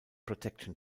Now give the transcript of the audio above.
protection